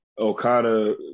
Okada